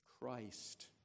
Christ